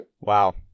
wow